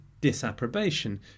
disapprobation